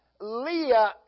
Leah